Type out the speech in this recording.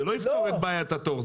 זה לא יפתור את בעיית התור,